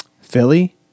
Philly